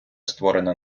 створена